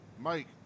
Mike